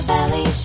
Valley